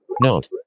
Note